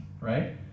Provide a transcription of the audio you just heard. right